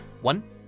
One